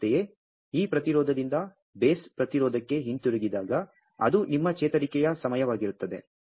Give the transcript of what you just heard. ಅಂತೆಯೇ ಈ ಪ್ರತಿರೋಧದಿಂದ ಬೇಸ್ ಪ್ರತಿರೋಧಕ್ಕೆ ಹಿಂತಿರುಗಿದಾಗ ಅದು ನಿಮ್ಮ ಚೇತರಿಕೆಯ ಸಮಯವಾಗಿರುತ್ತದೆ